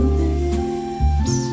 lips